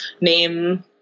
name